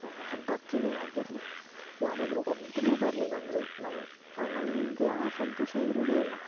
ಹಬ್ಬಕ್ಕೇನೆ ಆಗಿರಲಿ ಯಾರಾದರು ಒಬ್ಬರು ಬರಲಿಲ್ಲಂದ್ರೆ ನಮ್ಮ ನಮಗೆ ಆ ಸಂತೋಷ ಇರೋದೆ ಇಲ್ಲ